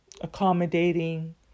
accommodating